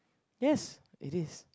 yes it is